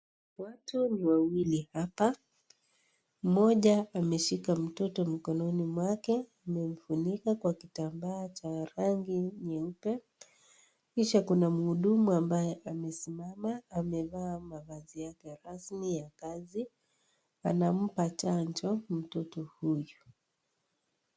Watu ni wawili hapa, mmoja ameshika mtoto mkononi mwake, amemfunika kwa kitambaa cha rangi nyeupe. Kisha kuna mhudumu ambaye amesimama, amevalia mavazi yake rasmi ya kazi. Anampa chanjo mtoto huyu.